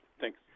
Thanks